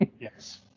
Yes